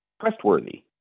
trustworthy